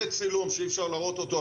זה צילום שאי אפשר להראות אותו,